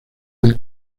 del